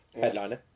Headliner